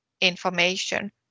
information